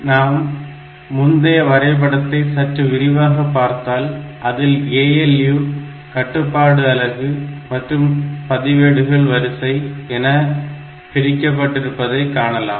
நாம் முந்தைய வரைபடத்தை சற்று விரிவாக பார்த்தால் அதில் ALU கட்டுப்பாட்டு அலகு மற்றும் ரிஜிஸ்டர்கள் வரிசை என பிரிக்கப்பட்டிருப்பதை காணலாம்